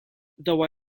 though